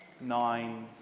nine